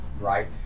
right